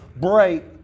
break